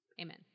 Amen